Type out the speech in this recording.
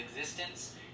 existence